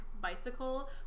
bicycle